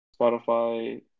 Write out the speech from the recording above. Spotify